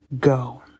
go